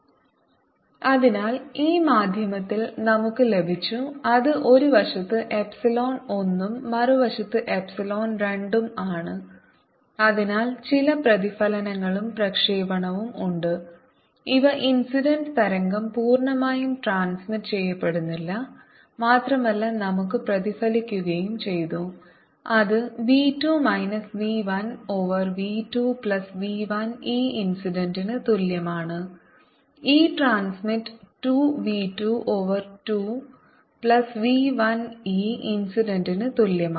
ERv2 v1v2v1EI ETEIER2v2v2v1EI അതിനാൽ ഈ മാധ്യമത്തിൽ നമുക്ക് ലഭിച്ചു അത് ഒരു വശത്ത് എപ്സിലോൺ 1 ഉം മറുവശത്ത് എപ്സിലോൺ 2 ഉം ആണ് അതിനാൽ ചില പ്രതിഫലനങ്ങളും പ്രക്ഷേപണവും ഉണ്ട് ഇവ ഇൻസിഡന്റ് തരംഗം പൂർണ്ണമായും ട്രാൻസ്മിറ്റ് ചെയ്യപ്പെടുന്നില്ല മാത്രമല്ല നമുക്ക് പ്രതിഫലിക്കുകയും ചെയ്തു അത് v 2 minus v 1 over v 2 plus v 1 e ഇൻസിഡന്റ്ന് തുല്യമാണ് E transmit 2 v 2 over 2 plus v 1 e ഇൻസിഡന്റ്ന് തുല്യമാണ്